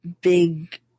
big